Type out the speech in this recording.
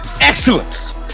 excellence